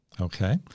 Okay